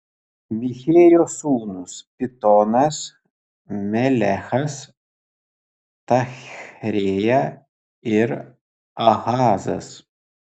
michėjo sūnūs pitonas melechas tachrėja ir ahazas